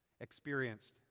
experienced